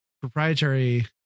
proprietary